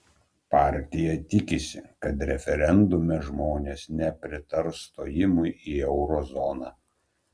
partija tikisi kad referendume žmones nepritars stojimui į euro zoną